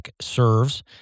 serves